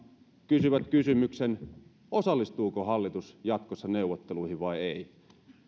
kysyvät kysymyksen osallistuuko hallitus jatkossa neuvotteluihin vai ei niin